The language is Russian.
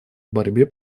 борьбе